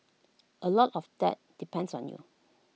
A lot of that depends on you